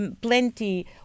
plenty